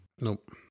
Nope